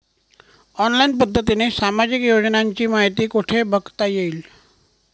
Online पद्धतीने सामाजिक योजनांची माहिती कुठे बघता येईल?